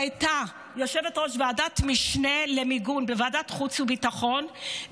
היא הייתה יושבת-ראש ועדת משנה למיגון בוועדת חוץ וביטחון,